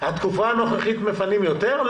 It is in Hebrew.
בתקופה הנוכחית מפנים יותר?